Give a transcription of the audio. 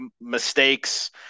mistakes